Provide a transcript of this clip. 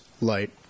light